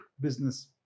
business